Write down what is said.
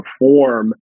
perform